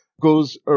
goes